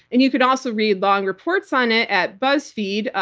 and you could also read long reports on it at buzzfeed.